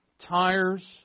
tires